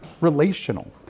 relational